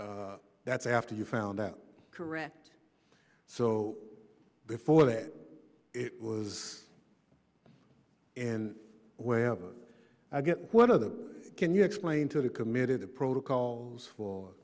that's after you found out correct so before that it was and wherever i get one of the can you explain to the committed the protocols for